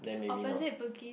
opposite Bugis